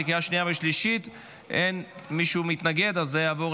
בעד, 16. מישהו לא הספיק להצביע?